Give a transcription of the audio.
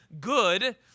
good